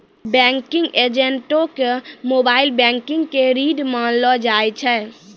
banking एजेंटो के mobile banking के रीढ़ मानलो जाय छै